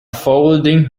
folding